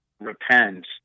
repent